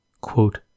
Quote